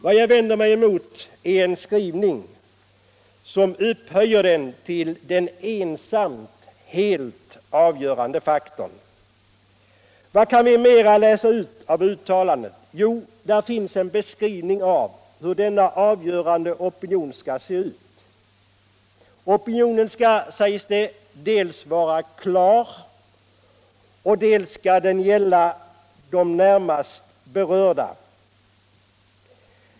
Vad jag vänder mig mot är en skrivning som upphöjer dem till den ensamt helt avgörande faktorn. Vad kan vi mera läsa ut av uttalandet? Jo, där finns en beskrivning av hur denna avgörande opinion skall se ut. Opinionen skall, sägs det, dels vara ”klar”, dels gälla ”de närmast berörda”.